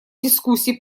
дискуссий